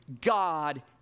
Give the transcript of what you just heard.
God